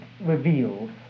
revealed